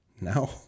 No